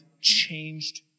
changed